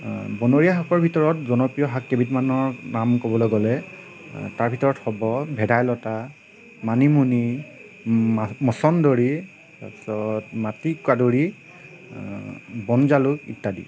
বনৰীয়া শাকৰ ভিতৰত জনপ্ৰিয় শাক কেইবিধমানৰ নাম ক'বলৈ গ'লে তাৰ ভিতৰত হ'ব ভেদাইলতা মানিমুনি মচন্দৰী তাৰ পিছত মাটি কাদুৰি বনজালুক ইত্যাদি